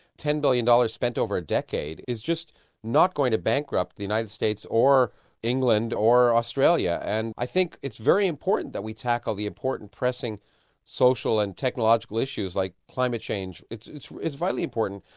ten billion dollars spent over a decade is just not going to bankrupt the united states or england or australia. and i think it's very important that we tackle the important pressing social and technological issues like climate change, it's it's vitally important,